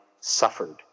suffered